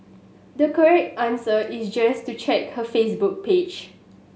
the correct answer is just to check her Facebook page